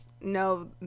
no